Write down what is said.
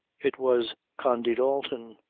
it was condy dalton,